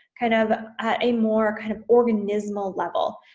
kind of a more kind of organismal level.